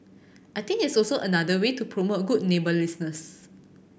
I think it's also another way to promote good neighbourliness